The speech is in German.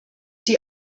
die